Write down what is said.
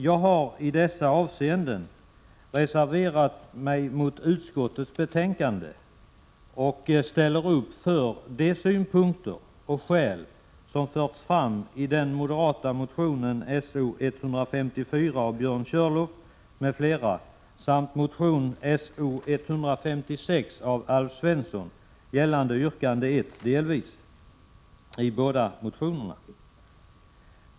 Jag har i dessa avseenden reserverat mig mot utskottets betänkande och ställer upp för de synpunkter och skäl som förts fram i den moderata motionen So0154 av Björn Körlof m.fl. samt motion §0156 av Alf Svensson gällande yrkande 1 delvis i båda motionerna.